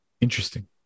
interesting